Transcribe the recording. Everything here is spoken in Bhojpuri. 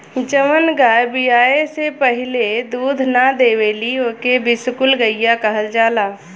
जवन गाय बियाये से पहिले दूध ना देवेली ओके बिसुकुल गईया कहल जाला